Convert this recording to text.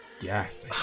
Yes